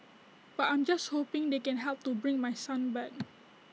but I'm just hoping they can help to bring my son back